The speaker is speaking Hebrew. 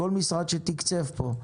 כל משרד שתקצב פה,